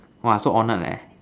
!wah! so honoured leh